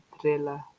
thriller